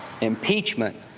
Impeachment